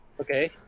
Okay